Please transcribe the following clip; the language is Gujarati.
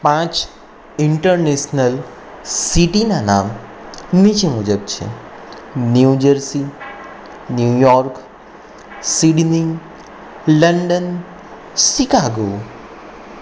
પાંચ ઇન્ટરનેસનલ સિટીનાં નામ નીચે મુજબ છે New Jersey New York Sydney London Chicago